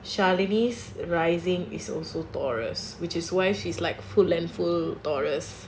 chalenese rising is also taurus which is why she's like full on full taurus